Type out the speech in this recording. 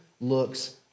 looks